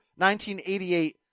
1988